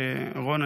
שרון,